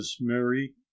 Mary